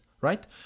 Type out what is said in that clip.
right